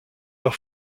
leur